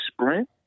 sprint